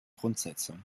grundsätze